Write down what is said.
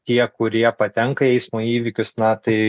tie kurie patenka į eismo įvykius na tai